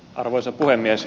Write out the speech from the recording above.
arvoisa puhemies